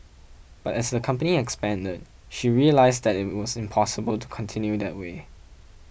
but as the company expanded she realised that it was impossible to continue that way